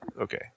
okay